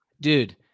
dude